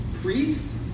priest